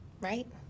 right